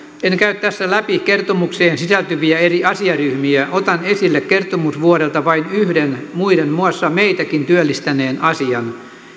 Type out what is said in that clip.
en käy tässä läpi kertomukseen sisältyviä eri asiaryhmiä otan esille kertomusvuodelta vain yhden muiden muassa meitäkin työllistäneen asian